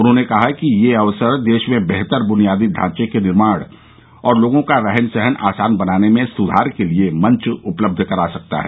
उन्होंने कहा कि यह अवसर देश में बेहतर बुनियादी ढांचे के निर्माण और लोगों का रहन सहन आसान बनाने में सुधार के लिए मंच उपलब्ध करा सकता है